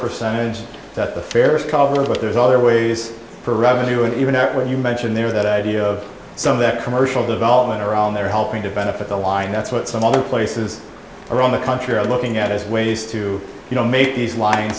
percentage that the fares covers but there's other ways for revenue and even earlier you mentioned there that idea of some of that commercial development around there helping to benefit the line that's what some other places around the country are looking at as ways to you know make these lin